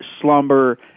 Slumber